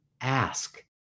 ask